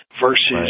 versus